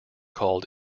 called